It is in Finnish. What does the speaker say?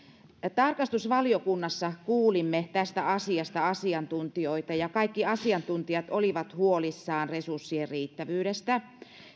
tarkastusvaliokunnassa kuulimme tästä asiasta asiantuntijoita ja kaikki asiantuntijat olivat huolissaan resurssien riittävyydestä